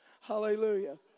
Hallelujah